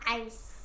ice